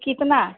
कितना